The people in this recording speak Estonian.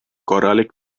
korralik